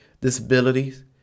disabilities